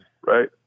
right